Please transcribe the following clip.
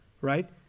right